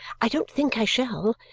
i don't think i shall,